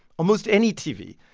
almost any tv,